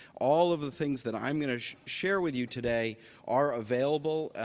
all of the things that i'm going to share with you today are available.